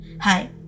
Hi